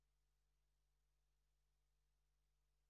בדיון בדיון בהצעת החוק הזאת,